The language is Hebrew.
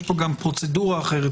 יש פה גם פרוצדורה אחרת.